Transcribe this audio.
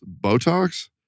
Botox